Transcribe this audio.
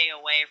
away